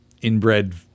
inbred